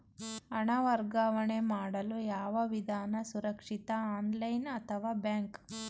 ಹಣ ವರ್ಗಾವಣೆ ಮಾಡಲು ಯಾವ ವಿಧಾನ ಸುರಕ್ಷಿತ ಆನ್ಲೈನ್ ಅಥವಾ ಬ್ಯಾಂಕ್?